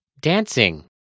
Dancing